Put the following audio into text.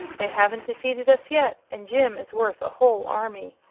they haven't defeated us yet, and jim is worth a whole army.